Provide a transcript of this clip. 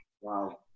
Wow